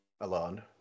alone